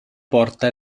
porta